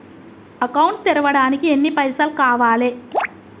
Account తెరవడానికి ఎన్ని పైసల్ కావాలే?